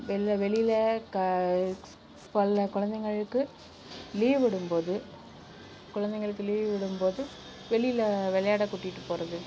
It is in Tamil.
வெளில வெளியில் குழந்தைங்களுக்கு லீவ் விடும்போது குழந்தைங்களுக்கு லீவ் விடும்போது வெளியில் விளையாட கூட்டிகிட்டுப் போகறது